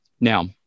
Now